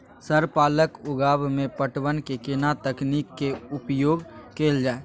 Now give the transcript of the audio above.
Sir पालक उगाव में पटवन के केना तकनीक के उपयोग कैल जाए?